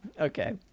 Okay